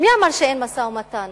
שאין משא-ומתן